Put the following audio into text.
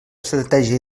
estratègia